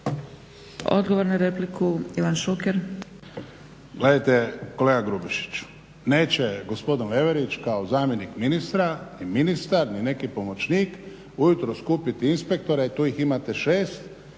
Odgovor na repliku, Ivan Šuker.